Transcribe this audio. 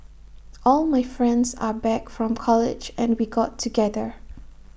all my friends are back from college and we got together